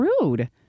rude